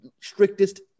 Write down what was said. strictest